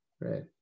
right